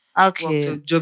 Okay